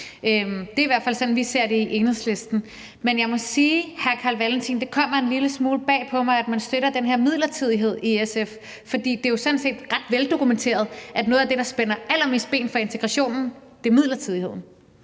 Det er i hvert fald sådan, vi ser det i Enhedslisten. Men jeg må sige, hr. Carl Valentin, at det kommer en lille smule bag på mig, at man i SF støtter den her midlertidighed, for det er jo sådan set ret veldokumenteret, at noget af det, der spænder allermest ben for integrationen, er midlertidigheden.